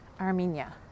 Armenia